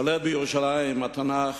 שולט בירושלים התנ"ך,